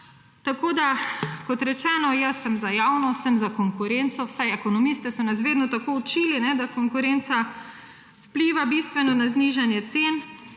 brala. Kot rečeno, jaz sem za javno, sem za konkurenco. Vsaj ekonomisti so nas vedno tako učili, da konkurenca bistveno vpliva na znižanje cen.